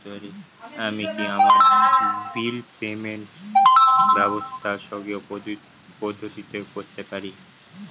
আমি কি আমার বিল পেমেন্টের ব্যবস্থা স্বকীয় পদ্ধতিতে করতে পারি?